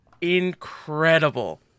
incredible